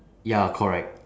ya correct